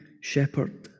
shepherd